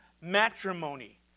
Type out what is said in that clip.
matrimony